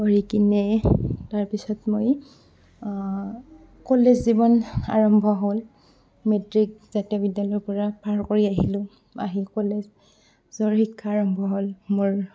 পঢ়ি কিনে তাৰপিছত মই কলেজ জীৱন আৰম্ভ হ'ল মেট্ৰিক জাতীয় বিদ্যালয়ৰ পৰা পাৰ কৰি আহিলোঁ আহি কলেজৰ শিক্ষা আৰম্ভ হ'ল মোৰ